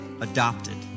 adopted